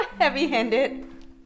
heavy-handed